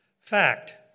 Fact